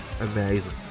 amazing